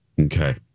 Okay